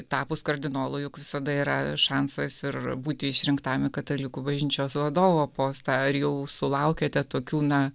tapus kardinolu juk visada yra šansas ir būti išrinktam į katalikų bažnyčios vadovo postą ar jau sulaukėte tokių na